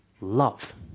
love